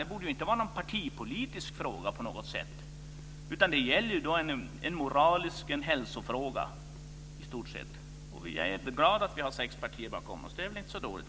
Det borde inte vara någon partipolitisk fråga, utan det är en moralisk fråga, en hälsofråga. Vi är glada att vi har sex partier bakom oss. Det är väl inte så dåligt?